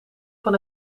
van